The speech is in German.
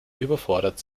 überfordert